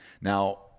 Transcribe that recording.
Now